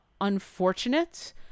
unfortunate